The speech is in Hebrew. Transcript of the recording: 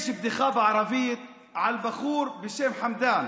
יש בדיחה בערבית על בחור בשם חמדאן